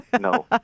No